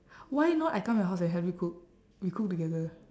why not I come your house and help you cook we cook together